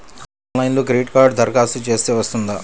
ఆన్లైన్లో క్రెడిట్ కార్డ్కి దరఖాస్తు చేస్తే వస్తుందా?